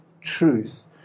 truth